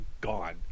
gone